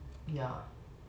ya